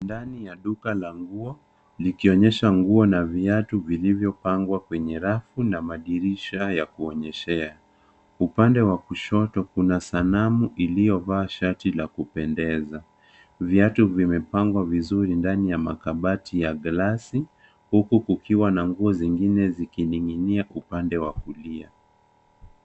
Ndani ya duka la nguo likionyesha nguo na viatu vilivyopangwa kwenye rafu na madirisha ya kuonyeshea. Upande wa kushoto kuna sanamu iliyovaa shati la kupendeza. Viatu vimepangwa vizuri ndani ya makabati ya glasi huku kukiwa na nguo zingine zikining'inia upande wa kulia.